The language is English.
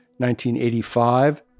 1985